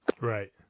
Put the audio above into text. Right